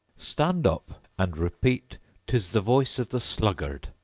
stand up and repeat tis the voice of the sluggard,